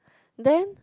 then